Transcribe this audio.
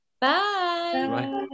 Bye